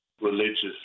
religious